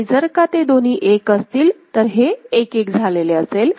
आणि जर का ते दोन्ही एक असतील तर हे 11 झालेले असेल